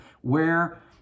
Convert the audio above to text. Where